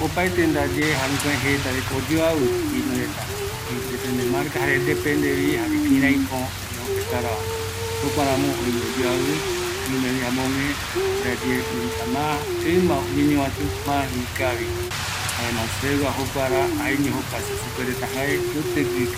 ﻿Opaete ndaye jare jukurai jeireta de que oyoavi vino reta depende marca jare dependevi kiraiko oyembo preparava, jokuaramo oime oyoavi, oimevi amöguë ndaye mietra ma oñeñovatu mavi ikavi, jaema sevegua jokuara jaeño jokua sepuereta jae kutigui